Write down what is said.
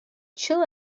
chill